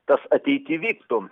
tas ateity vyktų